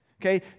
Okay